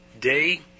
day